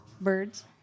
Birds